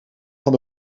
van